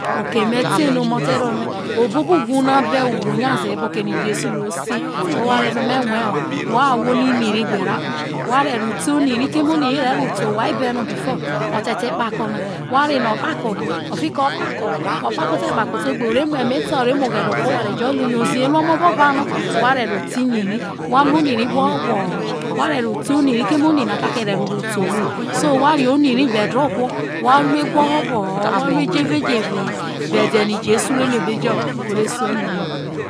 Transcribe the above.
o bo ubo uwhu na ize uwhu na be ro nya ze he besino̱ jesu ro se oware no me rie ho wa ahwo no ini ria kpe ria akpo wha ro̱ ero̱ ro te owha wa be no before o̱ te̱ te̱ kpako na fiki o kpako okpako te kpako no o re mu emeya wha reho ero te oni rai wha rue woho wohoho awha re ho ero te wha rue jeve jeve beseno̱ jesu ore ru eme jo se oni ri